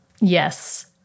Yes